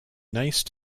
nice